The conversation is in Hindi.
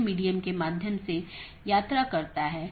इन मार्गों को अन्य AS में BGP साथियों के लिए विज्ञापित किया गया है